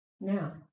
now